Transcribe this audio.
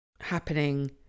happening